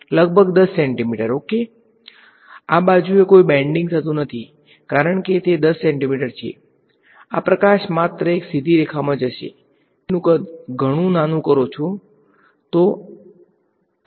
જો આ છિદ્ર 10 સેન્ટિમીટર પહોળું હોય તો તમે દિવાલ પર કેવા પ્રકારનું સ્પોટ સાઇઝ જોશો